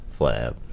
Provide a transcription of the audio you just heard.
flab